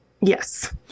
Yes